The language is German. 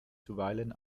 zuweilen